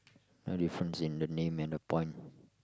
no difference in the name and the pond